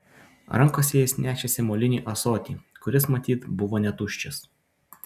rankose jis nešėsi molinį ąsotį kuris matyt buvo netuščias